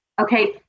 Okay